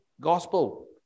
gospel